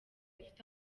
afite